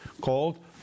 called